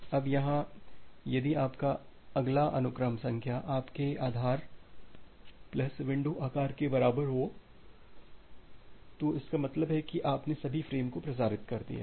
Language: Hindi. अब यहां यदि आपका अगला अनुक्रम संख्या आपके आधार प्लस विंडो आकार के बराबर हो जाता है तो इसका मतलब है कि आपने सभी फ़्रेम को प्रसारित कर दिया है